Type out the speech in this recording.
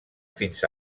fins